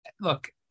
look